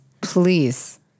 please